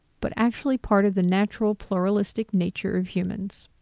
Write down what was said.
but actually part of the natural pluralistic nature of humans.